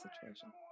situation